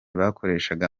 bakoreshaga